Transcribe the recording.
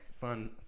fun